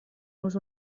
nos